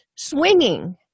Swinging